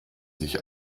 sich